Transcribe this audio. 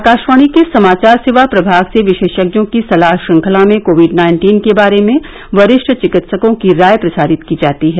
आकाशवाणी के समाचार सेवा प्रभाग से विशेषज्ञों की सलाह श्रृंखला में कोविड नाइन्टीन के बारे में वरिष्ठ चिकित्सकों की राय प्रसारित की जाती है